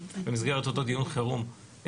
במסגרת אותו דיון חירום,